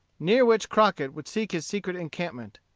near which crockett would seek his secret encampment.